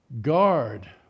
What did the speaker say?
Guard